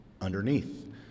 underneath